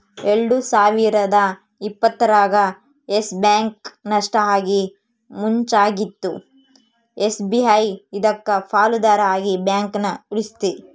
ಎಲ್ಡು ಸಾವಿರದ ಇಪ್ಪತ್ತರಾಗ ಯಸ್ ಬ್ಯಾಂಕ್ ನಷ್ಟ ಆಗಿ ಮುಚ್ಚಂಗಾಗಿತ್ತು ಎಸ್.ಬಿ.ಐ ಇದಕ್ಕ ಪಾಲುದಾರ ಆಗಿ ಬ್ಯಾಂಕನ ಉಳಿಸ್ತಿ